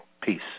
Peace